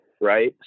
right